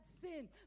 sin